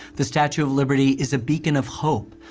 the statue of liberty is a beacon of hope,